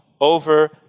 over